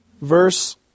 Verse